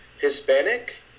Hispanic